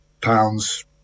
pounds